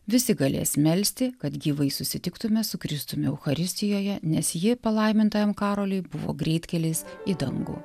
visi galės melsti kad gyvai susitiktume su kristumi eucharistijoje nes ji palaimintajam karoliui buvo greitkelis į dangų